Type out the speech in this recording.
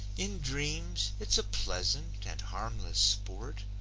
in dreams, it's a pleasant and harmless sport,